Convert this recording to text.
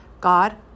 God